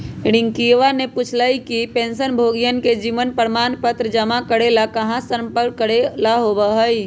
रियंकावा ने पूछल कई कि पेंशनभोगियन के जीवन प्रमाण पत्र जमा करे ला कहाँ संपर्क करे ला होबा हई?